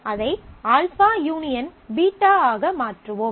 எனவே அதை α U β ஆக மாற்றுவோம்